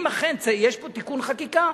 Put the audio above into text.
אם אכן יש פה תיקון חקיקה,